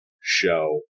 show